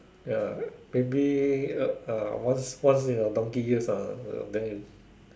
ya maybe a once uh uh once in a donkey years ah then you